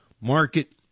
market